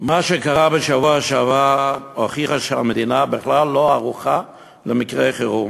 מה שקרה בשבוע שעבר הוכיח שהמדינה בכלל לא ערוכה למקרי חירום.